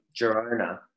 Girona